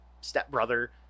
stepbrother